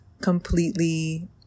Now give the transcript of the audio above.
completely